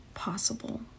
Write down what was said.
possible